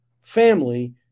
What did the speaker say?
family